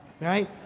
right